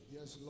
Yes